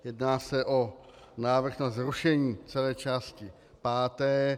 Jedná se o návrh na zrušení celé části páté.